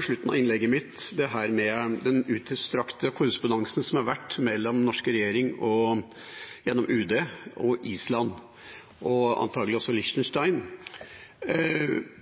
slutten av innlegget mitt så vidt opp den utstrakte korrespondansen som har vært mellom den norske regjering, gjennom UD, og Island og antakelig også Liechtenstein.